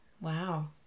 Wow